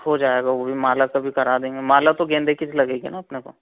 हो जाएगा वह भी माला का भी करा देंगे माला तो गेंदे की ही लगेगी ना अपने को